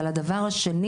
אבל הדבר השני